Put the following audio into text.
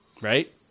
Right